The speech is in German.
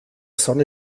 sonne